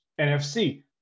NFC